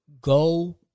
Go